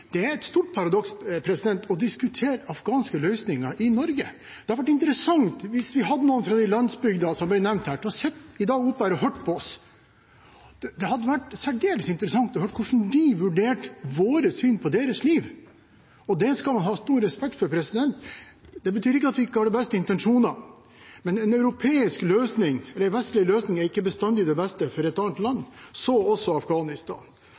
det er et paradoks å diskutere afghanske løsninger i Norge. Det hadde vært særdeles interessant hvis noen fra landsbygda, som ble nevnt her, hadde sittet oppe her i dag og hørt på oss, å høre hvordan de vurderte vårt syn på deres liv. Det skal man ha stor respekt for. Det betyr ikke at vi ikke har de beste intensjonene, men en vestlig løsning er ikke bestandig det beste for et annet land, så også Afghanistan.